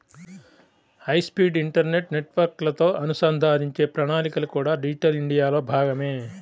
high speed internet నెట్వర్క్లతో అనుసంధానించే ప్రణాళికలు కూడా డిజిటల్ ఇండియాలో భాగమే